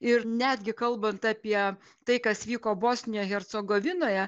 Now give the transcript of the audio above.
ir netgi kalbant apie tai kas vyko bosnijoj hercogovinoje